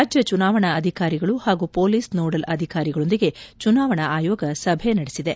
ರಾಜ್ಞ ಚುನಾವಣಾ ಅಧಿಕಾರಿಗಳು ಹಾಗೂ ಮೊಲೀಸ್ ನೋಡೆಲ್ ಅಧಿಕಾರಿಗಳೊಂದಿಗೆ ಚುನಾವಣಾ ಆಯೋಗ ಸಭೆ ನಡೆಸಿದೆ